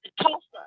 Tulsa